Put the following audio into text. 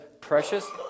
precious